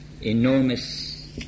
enormous